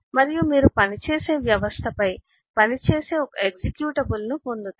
మరియు మీరు పనిచేసే వ్యవస్థ పై పనిచేసే ఒకే ఎక్జిక్యూటబుల్ను పొందుతారు